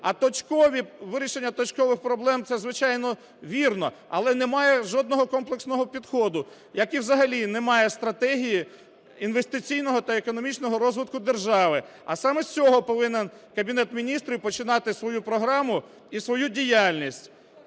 А вирішення точкових проблем – це, звичайно, вірно, але немає жодного комплексного підходу, як і взагалі немає стратегії інвестиційного та економічного розвитку держави, а саме з цього повинен Кабінет Міністрів починати свою програму і свою діяльність,